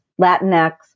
Latinx